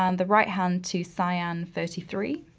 um the right-hand to cyan thirty three.